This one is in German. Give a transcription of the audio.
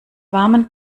warmen